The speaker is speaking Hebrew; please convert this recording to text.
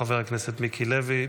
חבר הכנסת מיקי לוי,